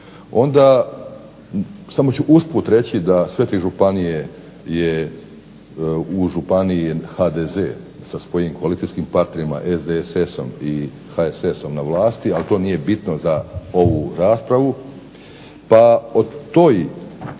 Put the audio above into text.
onda samo ću usput reći da sve tri županije je u županiji HDZ sa svojim koalicijskim partnerima SDSS-om i HSS-om na vlasti. Ali to nije bitno za ovu raspravu,